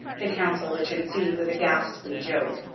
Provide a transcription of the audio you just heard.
the council which ensued was a ghastly joke.